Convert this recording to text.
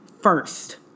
first